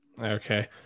Okay